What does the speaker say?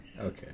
Okay